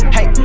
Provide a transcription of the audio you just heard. Hey